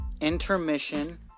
intermission